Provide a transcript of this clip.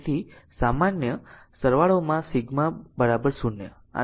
તેથી સામાન્ય સરવાળોમાં સિગ્મા 0 આ તે છે